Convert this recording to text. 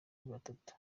batatu